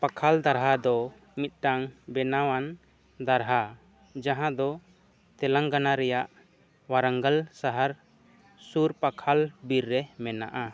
ᱯᱟᱠᱷᱟᱞ ᱫᱟᱨᱦᱟ ᱫᱚ ᱢᱤᱫᱴᱟᱝ ᱵᱮᱱᱟᱣᱟᱱ ᱫᱟᱨᱦᱟ ᱡᱟᱦᱟᱸ ᱫᱚ ᱛᱮᱞᱮᱝᱜᱟᱱᱟ ᱨᱮᱱᱟᱜ ᱚᱣᱟᱨᱟᱝᱜᱚᱞ ᱥᱟᱦᱟᱨ ᱥᱩᱨ ᱯᱟᱠᱷᱟᱞ ᱵᱤᱨᱨᱮ ᱢᱮᱱᱟᱜᱼᱟ